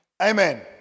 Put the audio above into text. Amen